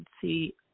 see